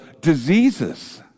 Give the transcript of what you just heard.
diseases